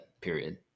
period